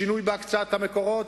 שינוי בהקצאת המקורות.